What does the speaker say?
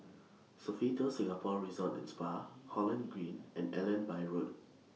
Sofitel Singapore Resort and Spa Holland Green and Allenby Road